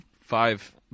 Five